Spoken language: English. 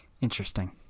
Interesting